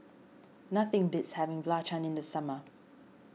nothing beats having Belacan in the summer